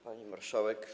Pani Marszałek!